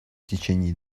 течение